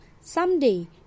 Someday